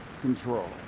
control